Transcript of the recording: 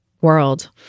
world